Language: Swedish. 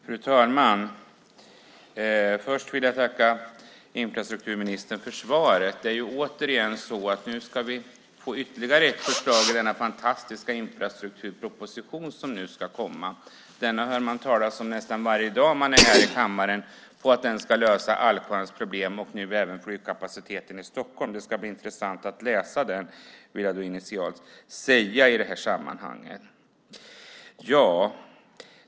Fru talman! Jag vill börja med att tacka infrastrukturministern för svaret. Ännu en gång ska vi få ett förslag i den fantastiska infrastrukturproposition som ska komma. Den hör man talas om nästan varje gång man är i kammaren. Den ska lösa allsköns problem, nu även flygkapaciteten i Stockholm. Det ska bli intressant att läsa den, vill jag initialt säga i detta sammanhang.